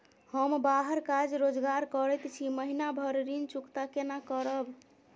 हम बाहर काज रोजगार करैत छी, महीना भर ऋण चुकता केना करब?